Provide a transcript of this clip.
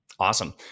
Awesome